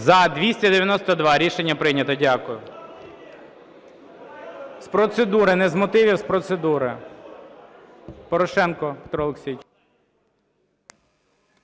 За-292 Рішення прийнято. Дякую. З процедури. Не з мотивів, з процедури – Порошенко Петро Олексійович.